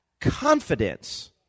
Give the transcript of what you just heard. confidence